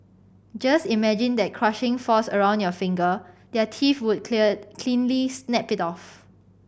just imagine that crushing force around your finger their teeth would clear cleanly snap it off